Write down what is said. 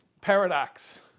paradox